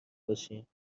باشیم